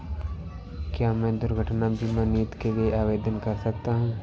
क्या मैं दुर्घटना बीमा नीति के लिए आवेदन कर सकता हूँ?